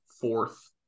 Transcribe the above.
fourth